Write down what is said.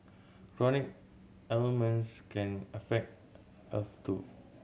chronic ailments can affect health too